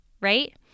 right